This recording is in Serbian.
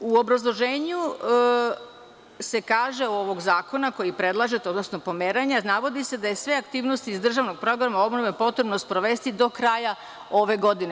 U obrazloženju se kaže, ovog zakona koji predlažete, odnosno pomeranja, navodi se da je sve aktivnosti iz državnog programa obnove potrebno sprovesti do kraja ove godine.